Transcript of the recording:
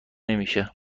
نمیشه